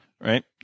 Right